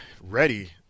ready